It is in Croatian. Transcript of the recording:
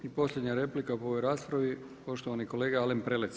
I posljednja replika po ovoj raspravi poštovani kolega Alen Prelec.